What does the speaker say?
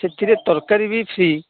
ସେଥିରେ ତରକାରୀ ବି ଫ୍ରି